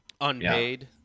unpaid